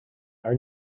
are